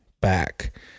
back